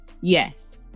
Yes